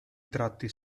tratti